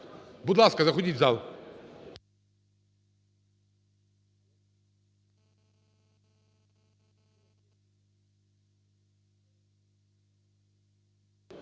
Будь ласка, заходіть у зал.